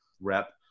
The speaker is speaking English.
rep